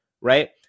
right